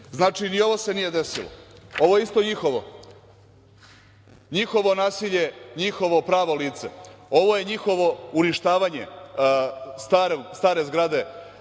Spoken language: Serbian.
Znači ni ovo se nije desilo. Ovo je isto njihovo. Njihovo nasilje, njihovo pravo lice. Ovo je njihovo uništavanje stare zgrade